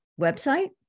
website